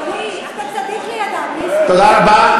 אדוני, אתה צדיק לידם, נסים, תודה רבה.